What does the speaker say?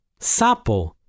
sapo